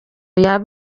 yaba